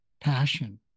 passion